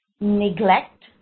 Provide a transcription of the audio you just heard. neglect